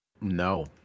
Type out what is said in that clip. no